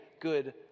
good